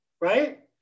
right